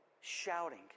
shouting